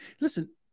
Listen